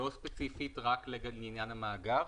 לא ספציפית רק לעניין המאגר.